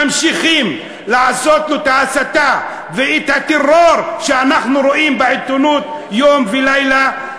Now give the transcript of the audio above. ממשיכים לעשות לו את ההסתה ואת הטרור שאנחנו רואים בעיתונות יום ולילה,